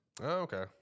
Okay